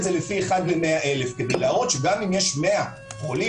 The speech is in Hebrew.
זה לפי אחד ל-100 אלף כדי להראות שגם אם יש 100 חולים